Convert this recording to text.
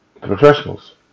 professionals